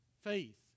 Faith